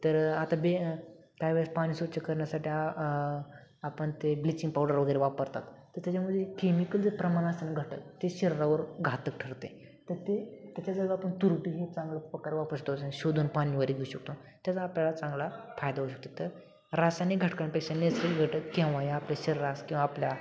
तर आता बे त्यावेळेस पाणी स्वच्छ करण्यासाठी आ आ आपन ते ब्लिचिंग पावडर वगैरे वापरतात तर त्याच्यामध्ये केमिकल जे प्रमाण असतं ते घटक ते शरीरावर घातक ठरतं तर ते त्याच्याजवळ आपण तुरटीही चांगलं प्रकार वापरतो आणि शोधून पाणी वगैरे घेऊ शकतो त्याचा आपल्याला चांगला फायदा होऊ शकतो तर रासायनिक घटकांपेक्षा नैसर्गिक घटक केव्हाही आपल्या शरीरास किंवा आपल्या